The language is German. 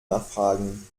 nachfragen